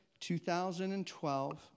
2012